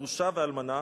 גרושה ואלמנה,